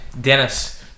Dennis